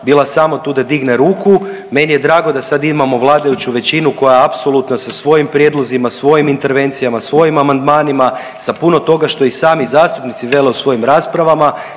bila samo tu da digne ruku, meni je drago da sada imamo vladajuću većinu koja apsolutno sa svojim prijedlozima, svojim intervencijama, svojim amandmanima, sa puno toga što i sami zastupnici vele u svojim raspravama